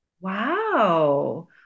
wow